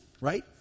right